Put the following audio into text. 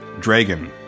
Dragon